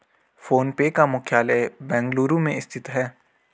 phone पे का मुख्यालय बेंगलुरु में स्थित है